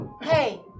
Hey